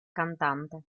cantante